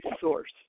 source